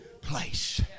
place